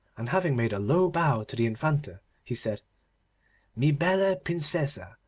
and having made a low bow to the infanta, he said mi bella princesa,